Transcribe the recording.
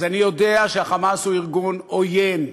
אז אני יודע שה"חמאס" הוא ארגון עוין,